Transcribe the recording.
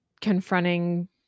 confronting